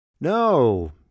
no